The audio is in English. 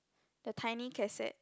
the tiny cassette